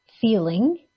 feeling